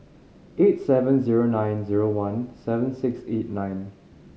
eight seven zero nine zero one seven six eight nine